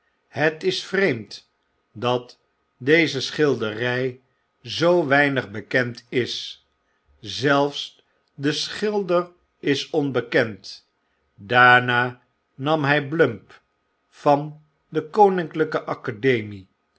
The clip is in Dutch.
het is vreemd dat deze schildery zoo weinig bekendis zelfs de schilder is onbekend daarna nam hij blumb van de koninklyke academie